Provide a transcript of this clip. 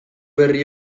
berri